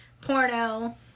Porno